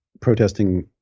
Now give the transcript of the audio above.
protesting